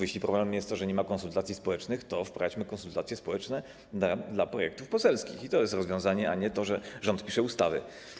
Jeśli problemem jest to, że nie ma konsultacji społecznych, to wprowadźmy konsultacje społeczne dla projektów poselskich - i to jest rozwiązanie, a nie to, że rząd pisze ustawy.